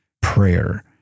prayer